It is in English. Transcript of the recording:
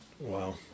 Wow